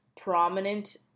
prominent